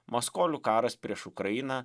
maskolių karas prieš ukrainą